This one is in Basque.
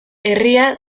herria